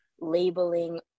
labeling